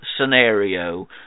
scenario